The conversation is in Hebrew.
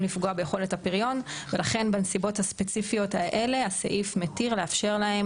לפגוע ביכולת הפריון ולכן בנסיבות הספציפיות האלה הסעיף מתיר להם,